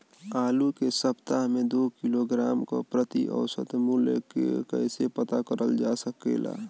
आलू के सप्ताह में दो किलोग्राम क प्रति औसत मूल्य क कैसे पता करल जा सकेला?